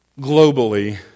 globally